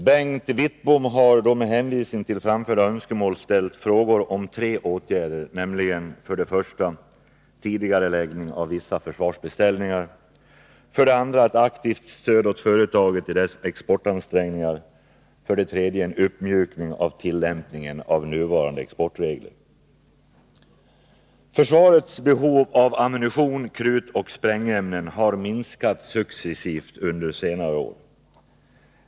Bengt Wittbom har med hänvisning till framförda önskemål ställt frågor om tre åtgärder, nämligen 2. aktivt stöd åt företaget i dess exportansträngningar, Försvarets behov av ammunition, krut och sprängämnen har minskat successivt under senare år.